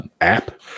App